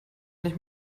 nicht